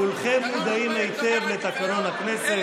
כולכם מודעים היטב לתקנון הכנסת.